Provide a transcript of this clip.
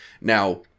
Now